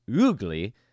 ugly